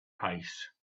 pace